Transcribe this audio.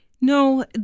No